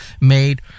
made